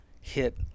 hit